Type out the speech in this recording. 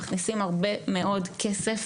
מכניסים הרבה מאוד כסף